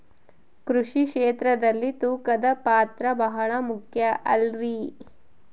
ಕೃಷಿ ಕ್ಷೇತ್ರದಲ್ಲಿ ತೂಕದ ಪಾತ್ರ ಬಹಳ ಮುಖ್ಯ ಅಲ್ರಿ?